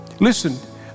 Listen